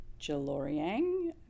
Jaloriang